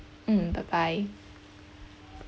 mm bye bye